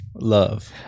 Love